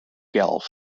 guelph